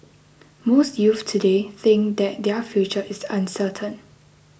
most youths today think that their future is uncertain